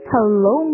Hello